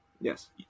Yes